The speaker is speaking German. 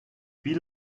wie